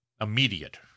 immediate